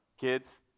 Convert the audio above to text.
Kids